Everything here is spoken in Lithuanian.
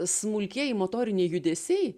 smulkieji motoriniai judesiai